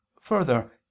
further